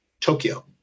Tokyo